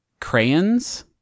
Crayons